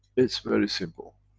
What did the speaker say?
it's very simple.